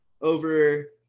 over –